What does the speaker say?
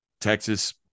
Texas